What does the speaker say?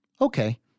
okay